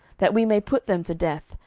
that we may put them to death,